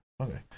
Okay